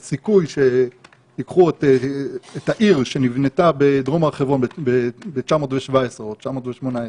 הסיכוי שייקחו את העיר שנבנתה בדרום הר חברון ב-1917 או ב-1918,